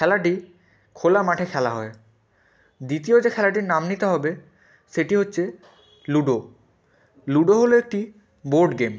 খেলাটি খোলা মাঠে খেলা হয় দ্বিতীয় যে খেলাটির নাম নিতে হবে সেটি হচ্ছে লুডো লুডো হলো একটি বোর্ড গেম